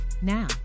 Now